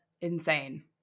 Insane